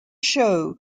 show